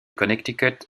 connecticut